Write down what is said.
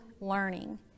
learning